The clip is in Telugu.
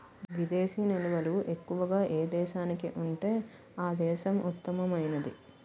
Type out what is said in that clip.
విదేశీ నిల్వలు ఎక్కువగా ఏ దేశానికి ఉంటే ఆ దేశం ఉత్తమమైనది